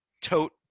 Tote